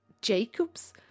Jacobs